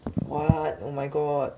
what oh my god